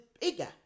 bigger